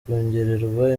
kongererwa